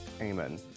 Amen